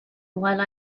while